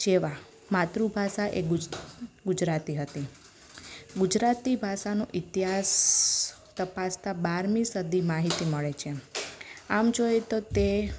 જેવા માતૃભાષા ગુજ ગુજરાતી હતી ગુજરાતી ભાષાનો ઇતિહાસ તપાસતા બારમી સદીની માહિતી મળે છે આમ જોઈએ તો તે